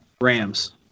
Rams